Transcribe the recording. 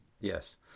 Yes